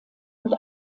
und